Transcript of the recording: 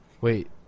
Wait